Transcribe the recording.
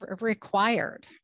required